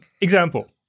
Example